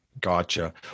Gotcha